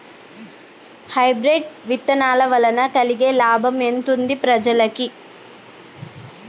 Hybrid విత్తనాల వలన కలిగే లాభం ఎంతుంది ప్రజలకి?